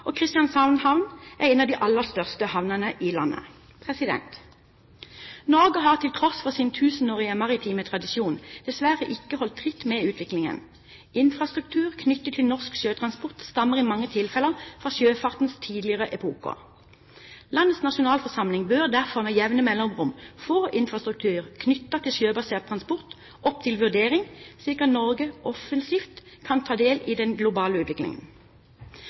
og Kristiansand havn er en av de aller største havnene i landet. Norge har til tross for sin tusenårige maritime tradisjon dessverre ikke holdt tritt med utviklingen, og infrastrukturen knyttet til norsk sjøtransport stammer i mange tilfeller fra sjøfartens tidligere epoker. Landets nasjonalforsamling bør derfor med jevne mellomrom få infrastruktur knyttet til sjøbasert transport opp til vurdering, slik at Norge offensivt kan ta del i den globale utviklingen.